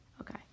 Okay